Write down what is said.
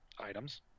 items